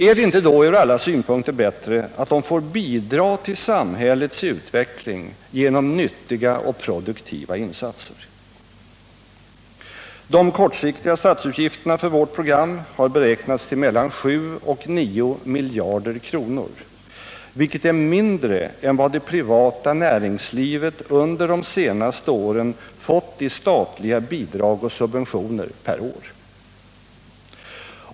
Är det då inte från alla synpunkter bättre att de får bidra till samhällets utveckling genom nyttiga och produktiva insatser? De kortsiktiga statsutgifterna för vårt program har beräknats till mellan sju och nio miljarder kronor, vilket är mindre än vad det privata näringslivet under de senaste åren fått i statliga bidrag och subventioner per år.